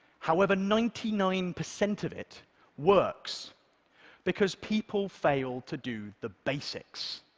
however, ninety nine percent of it works because people fail to do the basics.